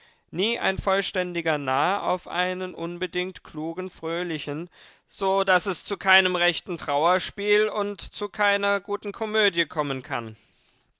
nie ein vollständiger narr auf einen unbedingt klugen fröhlichen so daß es zu keinem rechten trauerspiel und zu keiner guten komödie kommen kann